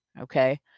okay